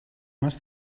más